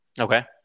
Okay